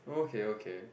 okay okay